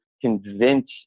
convince